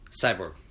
Cyborg